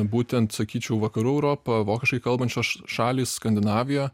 būtent sakyčiau vakarų europa vokiškai kalbančios šalys skandinavija